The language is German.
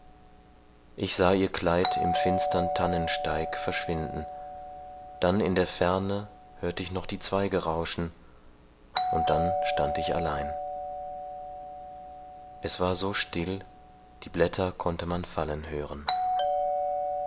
ich sah ihr kleid im finstern tannensteig verschwinden dann in der ferne hörte ich noch die zweige rauschen und dann stand ich allein es war so still die blätter konnte man fallen hören